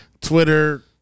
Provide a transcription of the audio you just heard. Twitter